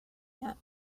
yet